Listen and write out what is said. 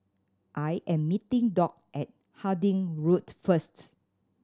I am meeting Dock at Harding Road first